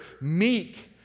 meek